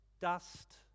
dust